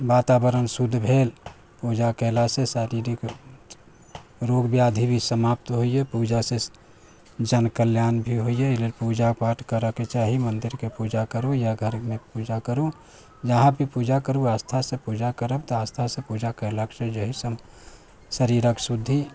वातावरण शुद्ध भेल पूजा कैला से शारीरिक रोग व्याधि भी समाप्त होइया पूजा से जन कल्याण भी होइया एहि लेल पूजा पाठ करय के चाही मंदिर के पूजा करू या घर मे पूजा करू जहाँ भी पूजा करू आस्था से पूजा करब त आस्था से पूजा कैला से जे है शरीर के शुद्धि